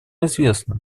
известно